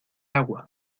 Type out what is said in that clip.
agua